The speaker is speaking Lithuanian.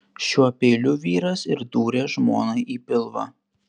šiuo peiliu vyras ir dūrė žmonai į pilvą